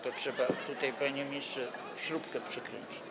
Trzeba tutaj, panie ministrze, śrubkę przykręcić.